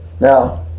Now